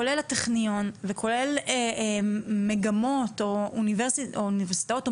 כולל הטכניון וכולל מגמות או אוניברסיטאות או